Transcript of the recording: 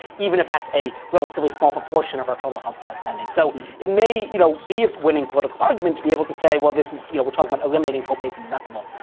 even if that's a relatively small proportion of our total health care spending. so it may you know be a winning political argument to be able to say, well, this is you know, we're talking about eliminating co-pays and deductibles,